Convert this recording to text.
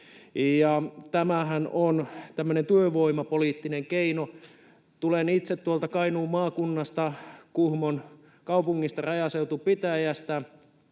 tämmöinen työvoimapoliittinen keino. Tulen itse Kainuun maakunnasta Kuhmon kaupungista, rajaseutupitäjästä,